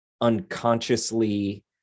unconsciously